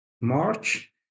March